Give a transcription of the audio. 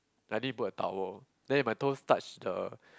I need put a towel then if my toes touch the